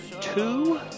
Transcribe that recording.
two